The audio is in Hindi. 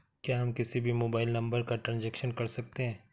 क्या हम किसी भी मोबाइल नंबर का ट्रांजेक्शन कर सकते हैं?